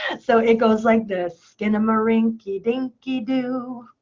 so it goes like this. skinnamarink-a-dinky-doo.